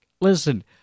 listen